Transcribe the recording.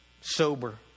sober